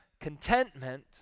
contentment